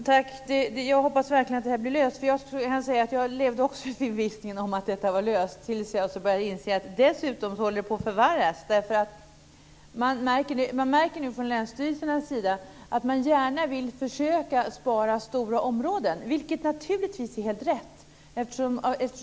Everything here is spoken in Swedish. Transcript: Fru talman! Jag hoppas verkligen att det här blir löst. Jag levde också i förvissningen att detta var löst, tills jag började inse att det tvärtom håller på att förvärras. Länsstyrelserna märker nu att man gärna vill försöka spara stora områden, vilket naturligtvis är helt rätt.